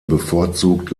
bevorzugt